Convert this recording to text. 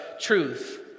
truth